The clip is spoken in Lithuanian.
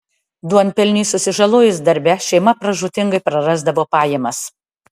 duonpelniui susižalojus darbe šeima pražūtingai prarasdavo pajamas